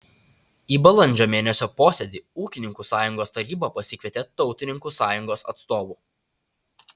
į balandžio mėnesio posėdį ūkininkų sąjungos taryba pasikvietė tautininkų sąjungos atstovų